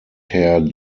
herr